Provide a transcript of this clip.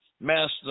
Master